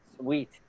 Sweet